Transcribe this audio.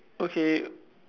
okay